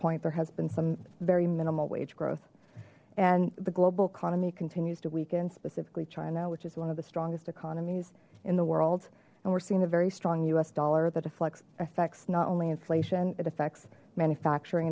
point there has been some very minimal wage growth and the global economy continues to weaken specifically china which is one of the strongest economies in the world and we're seeing a very strong us dollar that affleck's affects not only inflation it affects manufacturing